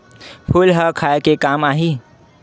फूल ह खाये के काम आही?